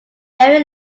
mary